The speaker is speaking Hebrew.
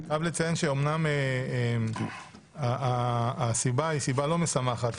אני חייב לציין שאומנם הסיבה היא סיבה לא משמחת,